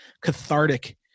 cathartic